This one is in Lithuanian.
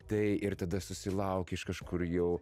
tai ir tada susilauki iš kažkur jau